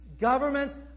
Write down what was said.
governments